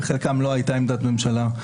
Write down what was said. בחלקם לא הייתה עמדת ממשלה.